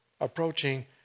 approaching